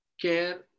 care